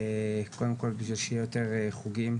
קודם כל בשביל שיהיו יותר חוגים,